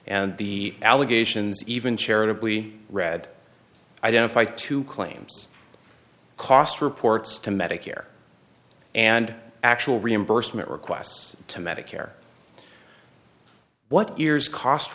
and the allegations even charitably read identify two claims cost reports to medicare and actual reimbursement requests to medicare what irs cost